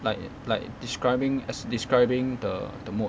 like like describing is describing the the mood